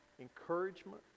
encouragement